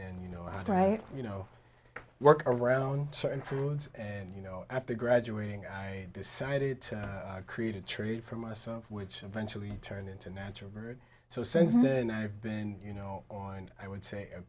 and you know i you know work around certain foods and you know after graduating i decided to create a trade for myself which eventually turned into natural good so since then i've been you know on i would say